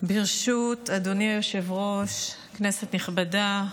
אדוני היושב-ראש, כנסת נכבדה,